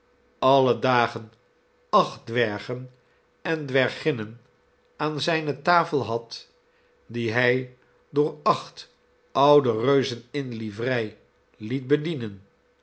alle dagen acht dwergen en dwerginnen aan zijne tafel had die hij door acht oude reuzen in livrei liet bedienen